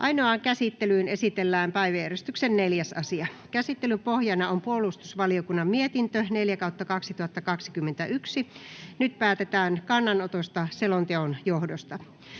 Ainoaan käsittelyyn esitellään päiväjärjestyksen 4. asia. Käsittelyn pohjana on puolustusvaliokunnan mietintö PuVM 4/2021 vp. Nyt päätetään kannanotosta selonteon johdosta.